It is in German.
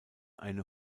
eine